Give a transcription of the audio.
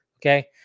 Okay